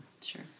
Sure